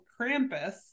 krampus